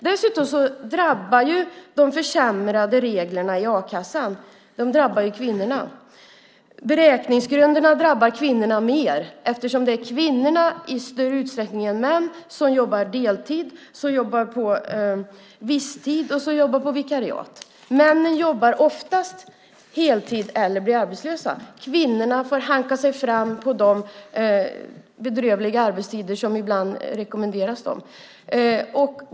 Dessutom drabbar de försämrade reglerna i a-kassan kvinnorna. Beräkningsgrunderna drabbar kvinnorna mer därför att det är kvinnor som i större utsträckning jobbar deltid, på visstid och på vikariat. Männen jobbar oftast heltid eller blir arbetslösa. Kvinnorna får hanka sig fram på de bedrövliga arbetstider som ibland rekommenderas dem.